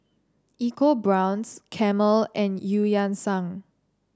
EcoBrown's Camel and Eu Yan Sang